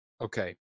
okay